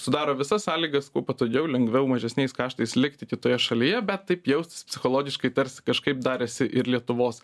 sudaro visas sąlygas kuo patogiau lengviau mažesniais kaštais likti kitoje šalyje bet taip jaustis psichologiškai tarsi kažkaip dar esi ir lietuvos